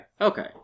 okay